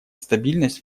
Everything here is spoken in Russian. стабильность